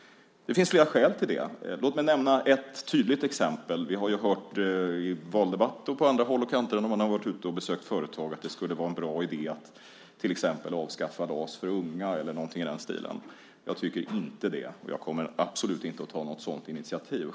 Det finns flera skäl till det. Låt mig nämna ett tydligt exempel. Vi har ju hört i valdebatter och på andra håll och kanter, när man har varit ute och besökt företag, att det skulle vara en bra idé att till exempel avskaffa LAS för unga eller någonting i den stilen. Jag tycker inte det och jag kommer absolut inte att ta något sådant initiativ.